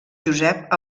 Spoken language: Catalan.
josep